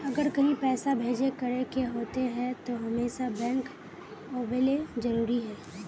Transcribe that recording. अगर कहीं पैसा भेजे करे के होते है तो हमेशा बैंक आबेले जरूरी है?